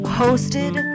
hosted